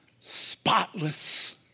spotless